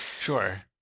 sure